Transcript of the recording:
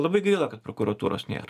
labai gaila kad prokuratūros nėra